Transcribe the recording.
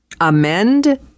Amend